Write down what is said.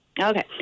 Okay